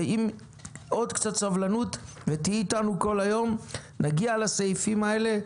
עם עוד קצת סבלנות ותהיי איתנו כל היום נגיע לסעיפים האלה,